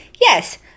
yes